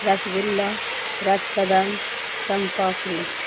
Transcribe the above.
رس گلہ رس کدم سونپاپڑی